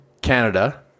Canada